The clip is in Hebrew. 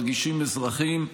מרגישים אזרחים.